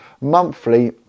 monthly